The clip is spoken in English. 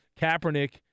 Kaepernick